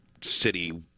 city